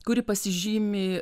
kuri pasižymi